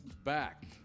back